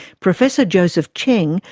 professor joseph cheng,